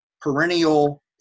perennial